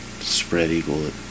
spread-eagle